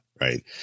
Right